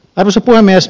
arvoisa puhemies